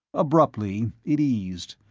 abruptly, it eased,